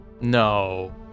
No